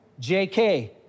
JK